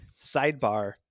Sidebar